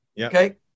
Okay